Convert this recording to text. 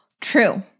True